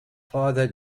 father